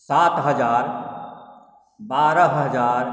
सात हजार बारह हजार